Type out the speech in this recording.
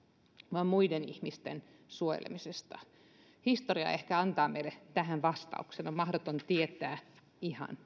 vaan muiden ihmisten suojelemisesta historia ehkä antaa meille tähän vastauksen on mahdotonta tietää ihan